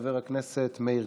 בעד דסטה גדי יברקן,